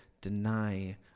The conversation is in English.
deny